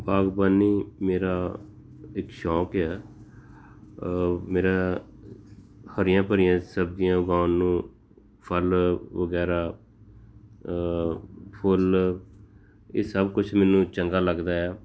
ਬਾਗਬਾਨੀ ਮੇਰਾ ਇੱਕ ਸ਼ੌਂਕ ਆ ਮੇਰਾ ਹਰੀਆਂ ਭਰੀਆਂ ਸਬਜ਼ੀਆਂ ਉਗਾਉਣ ਨੂੰ ਫਲ ਵਗੈਰਾ ਫੁੱਲ ਇਹ ਸਭ ਕੁਛ ਮੈਨੂੰ ਚੰਗਾ ਲੱਗਦਾ ਆ